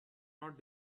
not